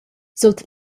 sut